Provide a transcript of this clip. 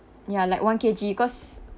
ya like one K_G cause